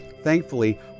Thankfully